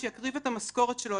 שיקריב את המשכורת שלו,